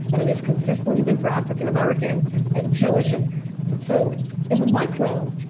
and it is consistently been for african-american and jewish. and so in the micro,